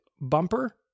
bumper